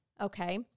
Okay